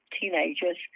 teenagers